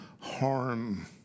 harm